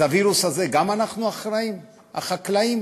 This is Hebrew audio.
אז גם לווירוס הזה אנחנו אחראים, החקלאים?